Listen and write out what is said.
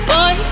Boy